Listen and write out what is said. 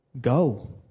Go